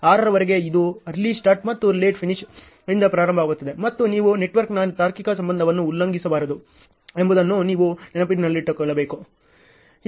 6 ರವರೆಗೆ ಇದು early start ಮತ್ತು ಲೇಟ್ ಫಿನಿಶ್ ಇಂದ ಪ್ರಾರಂಭವಾಗುತ್ತದೆ ಮತ್ತು ನೀವು ನೆಟ್ವರ್ಕ್ನ ತಾರ್ಕಿಕ ಸಂಬಂಧವನ್ನು ಉಲ್ಲಂಘಿಸಬಾರದು ಎಂಬುದನ್ನು ನೀವು ನೆನಪಿನಲ್ಲಿಡಬೇಕು